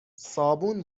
صابون